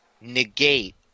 negate